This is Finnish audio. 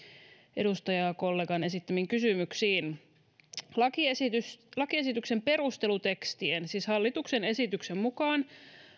edustajakollegan esittämiin kysymyksiin lakiesityksen perustelutekstin siis hallituksen esityksen mukaan